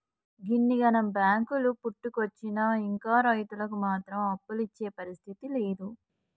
గిన్నిగనం బాంకులు పుట్టుకొచ్చినా ఇంకా రైతులకు మాత్రం అప్పులిచ్చే పరిస్థితి లేదు